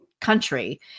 country